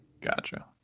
Gotcha